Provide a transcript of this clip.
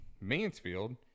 Mansfield